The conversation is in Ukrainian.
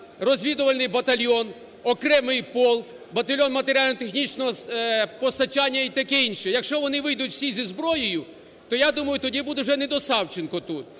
розвідувальний батальйон, окремий полк, батальйон матеріально-технічного постачання і таке інше. Якщо вони вийдуть всі зі зброєю, то я думаю, тоді буде вже не до Савченко тут,